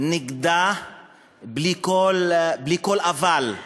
בלי כל "אבל",